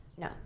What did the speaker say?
No